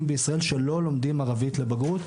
בישראל שלא לומדים ערבית לבגרות,